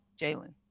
Jalen